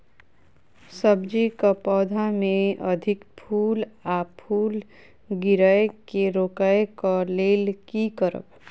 सब्जी कऽ पौधा मे अधिक फूल आ फूल गिरय केँ रोकय कऽ लेल की करब?